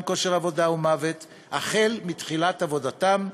כושר עבודה ומוות החל מתחילת עבודתם,